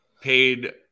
paid